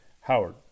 Howard